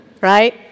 right